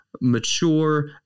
mature